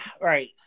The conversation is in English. right